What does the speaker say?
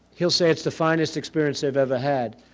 he'll say it's the finest experience they've ever had.